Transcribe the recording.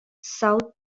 south